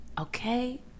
okay